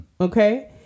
Okay